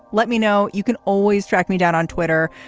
let me know. you can always track me down on twitter.